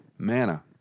manna